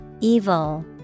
Evil